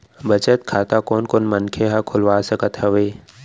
बचत खाता कोन कोन मनखे ह खोलवा सकत हवे?